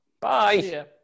Bye